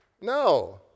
No